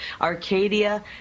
arcadia